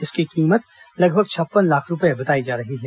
इसकी कीमत लगभग छप्पन लाख रूपये बताई जा रही है